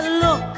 look